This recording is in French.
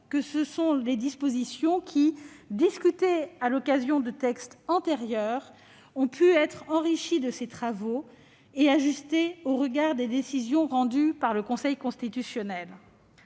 qu'il s'agit de dispositions qui, discutées à l'occasion de l'examen de textes antérieurs, ont pu être enrichies de ces travaux et ajustées au regard des décisions rendues par le Conseil constitutionnel.